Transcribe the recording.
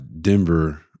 Denver